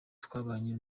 twabanye